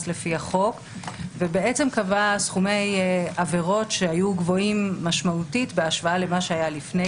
לפי החוק וקבע סכומי עבירות שהיו גבוהים משמעותית בהשוואה למה שהיה לפני